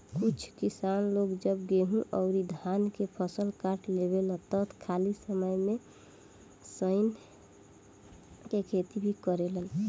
कुछ किसान लोग जब गेंहू अउरी धान के फसल काट लेवेलन त खाली समय में सनइ के खेती भी करेलेन